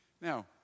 Now